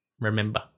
remember